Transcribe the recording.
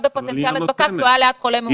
לו פוטנציאל הדבקה כי הוא היה ליד חולה מאומת.